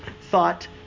thought